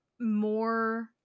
more